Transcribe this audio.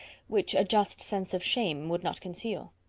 which a just sense of shame would not conceal.